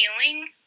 feeling